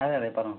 അതെ അതെ പറഞ്ഞോളൂ